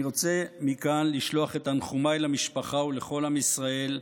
אני רוצה לשלוח מכאן את תנחומיי למשפחה ולכל עם ישראל.